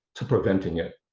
to preventing it,